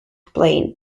plane